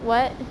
what